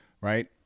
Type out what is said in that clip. right